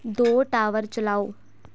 ਦੋ ਟਾਵਰ ਚਲਾਓ